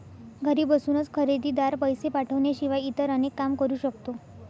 घरी बसूनच खरेदीदार, पैसे पाठवण्याशिवाय इतर अनेक काम करू शकतो